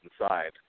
inside